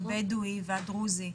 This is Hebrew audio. הבדואי והדרוזי.